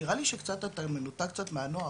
נראה לי שאתה קצת מנותק מהנוער,